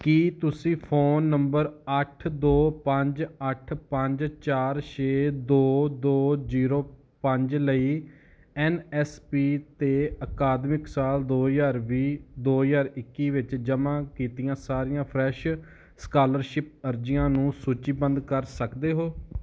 ਕੀ ਤੁਸੀਂ phone number ਅੱਠ ਦੋ ਪੰਜ ਅੱਠ ਪੰਜ ਚਾਰ ਛੇ ਦੋ ਦੋ ਜੀਰੋ ਪੰਜ ਲਈ ਐੱਨ ਐੱਸ ਪੀ 'ਤੇ ਅਕਾਦਮਿਕ ਸਾਲ ਦੋ ਹਜ਼ਾਰ ਵੀਹ ਦੋ ਹਜ਼ਾਰ ਇੱਕੀ ਵਿੱਚ ਜਮ੍ਹਾਂ ਕੀਤੀਆਂ ਸਾਰੀਆਂ ਫਰੈਸ਼ ਸਕਾਲਰਸ਼ਿਪ ਅਰਜ਼ੀਆਂ ਨੂੰ ਸੂਚੀਬੱਧ ਕਰ ਸਕਦੇ ਹੋ